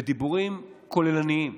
ודיבורים כוללניים